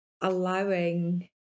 allowing